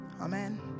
Amen